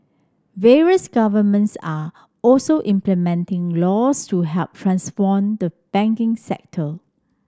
various governments are also implementing laws to help transform the banking sector